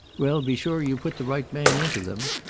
well, be sure you put the right man into them!